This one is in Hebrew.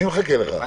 מי בעד,